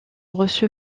reçu